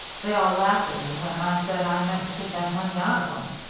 they all laughed at me when i said i meant to get that money out of em.